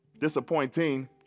disappointing